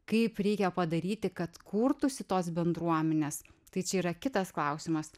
kaip reikia padaryti kad kurtųsi tos bendruomenės tai čia yra kitas klausimas